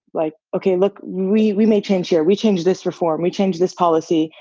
like, okay, look. we we made change here. we changed this reform. we changed this policy.